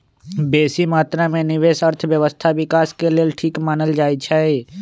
बेशी मत्रा में निवेश अर्थव्यवस्था विकास के लेल ठीक मानल जाइ छइ